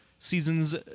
Seasons